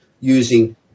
using